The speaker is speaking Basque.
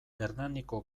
hernaniko